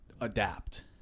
adapt